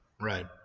Right